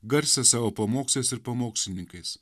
garsia savo pamokslais ir pamokslininkais